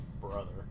brother